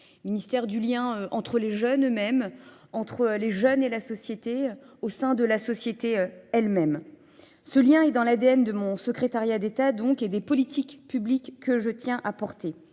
Ministère du lien entre les jeunes eux-mêmes, entre les jeunes et la société au sein de la société elle-même. Ce lien est dans l'ADN de mon secrétariat d'État donc et des politiques publiques que je tiens à porter.